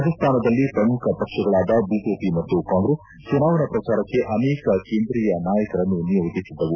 ರಾಜಸ್ತಾನದಲ್ಲಿ ಪ್ರಮುಖ ಪಕ್ಷಗಳಾದ ಬಿಜೆಪಿ ಮತ್ತು ಕಾಂಗ್ರೆಸ್ ಚುನಾವಣಾ ಪ್ರಚಾರಕ್ಕೆ ಅನೇಕ ಕೇಂದ್ರೀಯ ನಾಯಕರನ್ನು ನಿಯೋಜಿಸಿದ್ದವು